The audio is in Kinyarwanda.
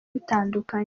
bitandukanye